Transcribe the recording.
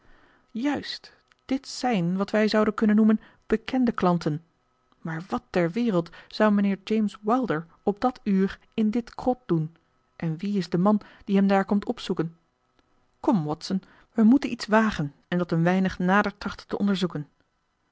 juist dit zijn wat wij zouden kunnen noemen bekende klanten maar wat ter wereld zou mijnheer james wilder op dat uur in dit krot doen en wie is de man die hem daar komt opzoeken kom watson wij moeten iets wagen en dat een weinig nader trachten te onderzoeken